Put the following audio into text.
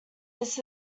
this